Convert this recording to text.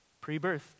pre-birth